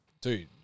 dude